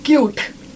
Cute